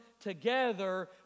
together